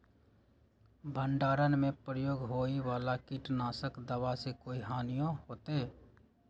भंडारण में प्रयोग होए वाला किट नाशक दवा से कोई हानियों होतै?